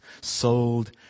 sold